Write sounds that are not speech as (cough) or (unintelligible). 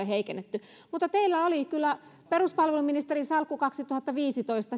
(unintelligible) heikennetty mutta teillä oli kyllä peruspalveluministerin salkku kaksituhattaviisitoista